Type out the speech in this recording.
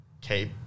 cape